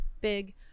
big